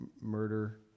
Murder